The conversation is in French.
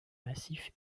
massif